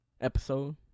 episode